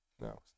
No